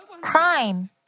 crime